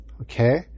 Okay